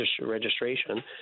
registration